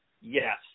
Yes